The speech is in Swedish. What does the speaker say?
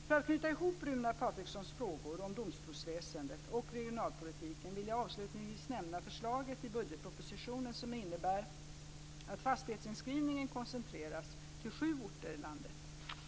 För att knyta ihop Runar Patrikssons frågor om domstolsväsendet och regionalpolitiken vill jag avslutningsvis nämna förslaget i budgetpropositionen, som innebär att fastighetsinskrivningen koncentreras till sju orter i landet.